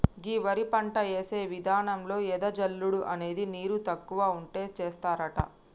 గీ వరి పంట యేసే విధానంలో ఎద జల్లుడు అనేది నీరు తక్కువ ఉంటే సేస్తారట